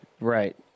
Right